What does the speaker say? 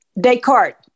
Descartes